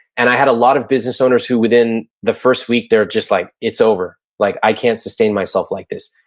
and i had a lot of business owners who within the first week, they're just like, it's over, like, i can't sustain myself like this.